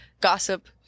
gossip